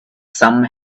some